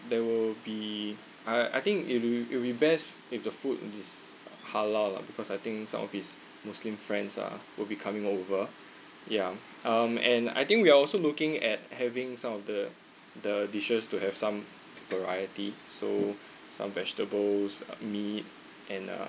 there will be I I think it'll be it'll be best if the food is halal lah because I think some of his muslim friends ah will be coming over yeah um and I think we are also looking at having some of the the dishes to have some variety so some vegetables meat and uh